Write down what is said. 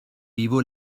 vivo